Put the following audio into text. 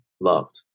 loved